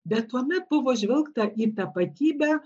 bet tuomet buvo žvelgta į tapatybę